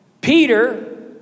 Peter